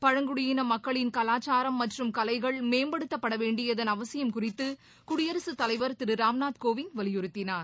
பழங்குடியின மக்களின் கவாச்சாரம் மற்றும் கலைகளை மேம்படுத்தப்பட வேண்டியதன் அவசியம் குறித்து குடியரசுத் தலைவர் திரு ராம்நாத் கோவிந்த் வலியுறுத்தினார்